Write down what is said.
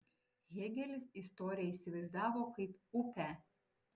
hėgelis istoriją įsivaizdavo kaip upę